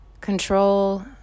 Control